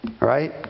right